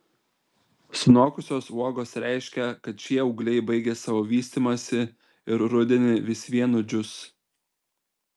sunokusios uogos reiškia kad šie ūgliai baigė savo vystymąsi ir rudenį vis vien nudžius